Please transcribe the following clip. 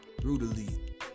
brutally